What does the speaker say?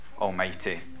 Almighty